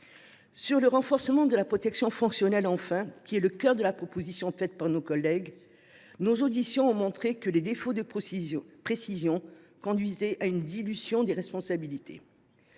le renforcement de la protection fonctionnelle est le cœur de la proposition faite par nos collègues. Pourtant, nos auditions ont montré que le défaut de précision conduira à une dilution des responsabilités.